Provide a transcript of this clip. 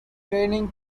training